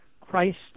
Christ